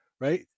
right